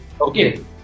Okay